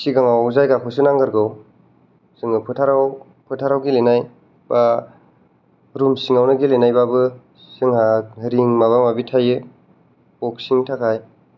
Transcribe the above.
सिगाङाव जायगाखौसो नांग्रोगौ उनाव फोथाराव फोथाराव गेलेनाया रुम सिङाव गेलेनायबाबो जोंहा रिं माबा माबि थायो बक्सिंनि थाखाय